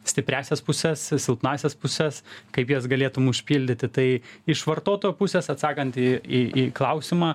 stipriąsias puses silpnąsias puses kaip jas galėtum užpildyti tai iš vartotojo pusės atsakant į į į klausimą